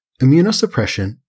immunosuppression